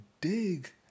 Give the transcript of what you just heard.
dig